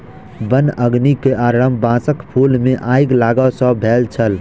वन अग्नि के आरम्भ बांसक फूल मे आइग लागय सॅ भेल छल